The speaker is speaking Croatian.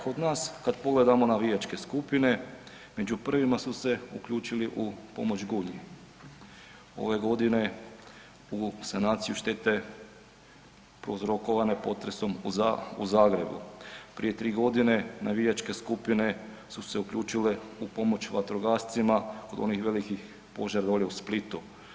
Kod nas kad pogledamo navijačke skupine među prvima su se uključili u pomoć Gunji, ove godine u sanaciju štete prouzrokovane potresom u Zagrebu, prije 3 godine navijačke skupine su se uključile u pomoć vatrogascima kod onih velikih požara dolje u Splitu.